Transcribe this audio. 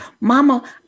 Mama